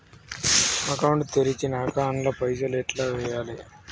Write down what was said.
Account తెరిచినాక అండ్ల పైసల్ ఎట్ల వేయాలే?